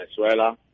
Venezuela